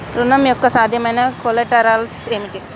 ఋణం యొక్క సాధ్యమైన కొలేటరల్స్ ఏమిటి?